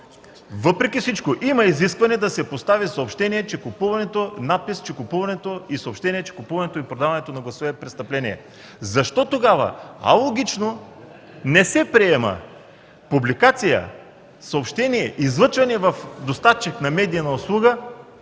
въпреки всичко има изискване да се постави надпис, съобщение, че купуването и продаването на гласове е престъпление. Защо тогава алогично не се приема публикация, съобщение, излъчване в доставчик на медийна услуга